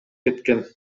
кеткен